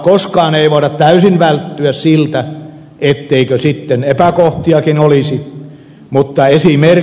koskaan ei voida täysin välttyä siltä etteikö epäkohtiakin olisi mutta estimme